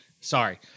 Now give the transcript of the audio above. sorry